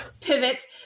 pivot